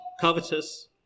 covetous